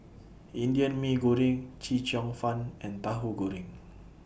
Indian Mee Goreng Chee Cheong Fun and Tahu Goreng